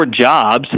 jobs